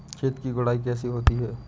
खेत की गुड़ाई कैसे होती हैं?